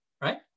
right